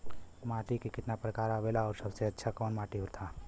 माटी के कितना प्रकार आवेला और सबसे अच्छा कवन माटी होता?